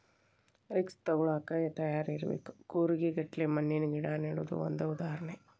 risk ತುಗೋಳಾಕ ತಯಾರ ಇರಬೇಕ, ಕೂರಿಗೆ ಗಟ್ಲೆ ಜಣ್ಣಿನ ಗಿಡಾ ನೆಡುದು ಒಂದ ಉದಾಹರಣೆ